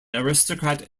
aristocrat